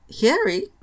Harry